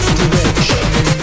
direction